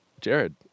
jared